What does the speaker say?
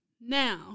Now